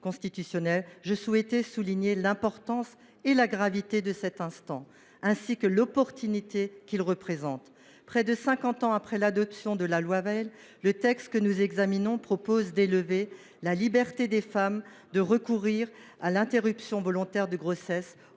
constitutionnelle, je souhaite en souligner l’importance et la gravité, ainsi que l’opportunité qu’il représente. Près de cinquante ans après l’adoption de la loi Veil, le texte que nous examinons prévoit d’élever la liberté des femmes de recourir à l’interruption volontaire de grossesse